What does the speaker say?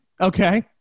Okay